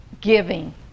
Giving